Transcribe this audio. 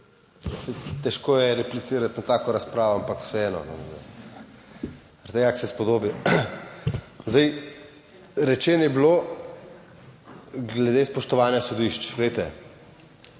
težko je replicirati na tako razpravo, ampak vseeno, zaradi tega, ker se spodobi. Zdaj, rečeno je bilo, glede spoštovanja sodišč, glejte,